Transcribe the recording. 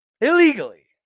illegally